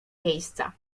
miejsca